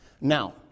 Now